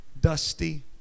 dusty